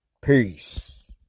Peace